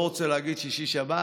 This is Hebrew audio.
לא רוצה להגיד שישי-שבת.